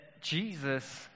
Jesus